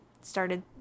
started